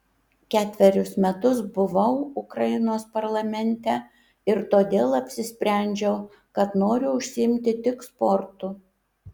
ketverius metus buvau ukrainos parlamente ir todėl apsisprendžiau kad noriu užsiimti tik sportu